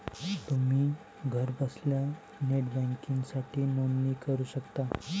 तुम्ही घरबसल्या नेट बँकिंगसाठी नोंदणी करू शकता